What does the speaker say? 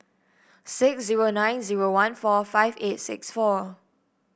six zero nine zero one four five eight six four